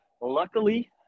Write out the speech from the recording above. Luckily